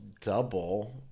double